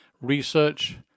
research